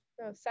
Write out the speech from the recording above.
no